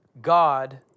God